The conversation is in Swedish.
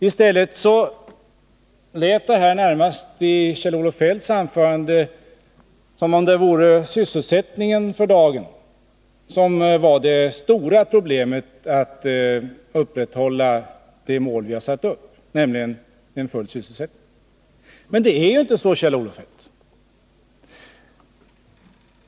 I Kjell-Olof Feldts anförande lät det i stället närmast som om det för dagen största problemet skulle vara att upprätthålla den fulla sysselsättningen. Men så är det ju inte, Kjell-Olof Feldt.